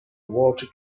water